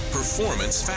Performance